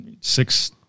six